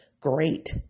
great